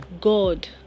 God